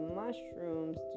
mushrooms